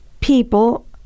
people